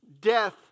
Death